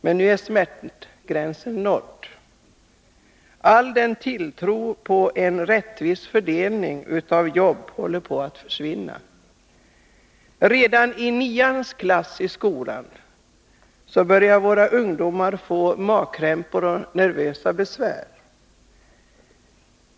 Men nu är smärtgränsen nådd. All tilltro till en rättvis fördelning av jobb håller på att försvinna. Redan i skolans nionde klass får många ungdomar magkrämpor och nervösa besvär.